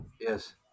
Yes